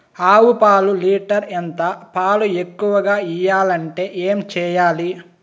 ఆవు పాలు లీటర్ ఎంత? పాలు ఎక్కువగా ఇయ్యాలంటే ఏం చేయాలి?